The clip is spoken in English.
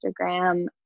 Instagram